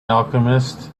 alchemist